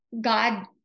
God